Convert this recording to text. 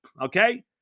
okay